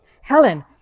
helen